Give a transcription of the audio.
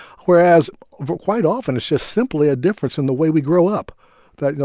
whereas quite often, it's just simply a difference in the way we grow up that, you know,